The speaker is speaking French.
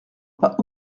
pas